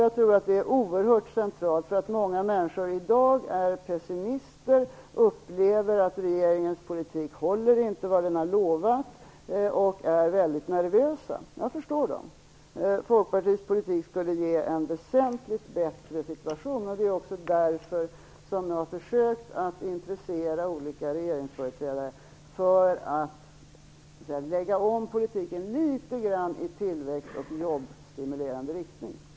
Jag tror att detta är oerhört centralt. Många människor är i dag pessimister. De upplever att regeringens politik inte håller vad den har lovat. De är väldigt nervösa, och jag förstår dem. Folkpartiets politik skulle ge en väsentligt förbättrad situation. Det är också därför som jag har försökt att intressera olika regeringsföreträdare för att lägga om politiken litet grand i tillväxt och jobbstimulerande riktning.